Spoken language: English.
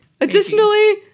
Additionally